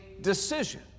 decision